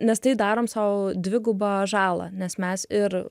nes tai darom sau dvigubą žalą nes mes ir